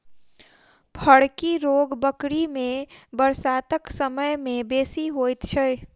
फड़की रोग बकरी मे बरसातक समय मे बेसी होइत छै